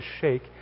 shake